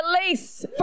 release